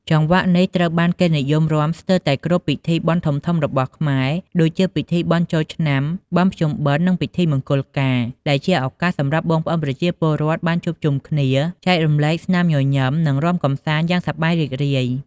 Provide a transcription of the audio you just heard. ចង្វាក់នេះត្រូវបានគេនិយមរាំស្ទើរតែគ្រប់ពិធីបុណ្យធំៗរបស់ខ្មែរ ដូចជាបុណ្យចូលឆ្នាំ បុណ្យភ្ជុំបិណ្ឌ និងពិធីមង្គលការ ដែលជាឱកាសសម្រាប់បងប្អូនប្រជាពលរដ្ឋបានជួបជុំគ្នា ចែករំលែកស្នាមញញឹម និងរាំកម្សាន្តយ៉ាងសប្បាយរីករាយ។